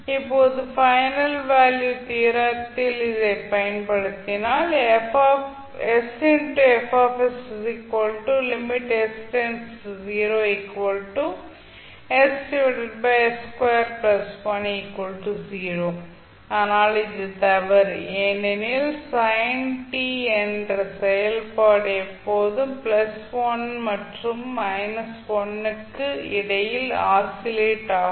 இப்போது final value theorem ஐ இதில் பயன்படுத்தினால் ஆனால் இது தவறு ஏனெனில் சைன் t என்ற செயல்பாடு எப்போதும் 1 மற்றும் 1 க்கு இடையில் ஆசிலேட் ஆகும்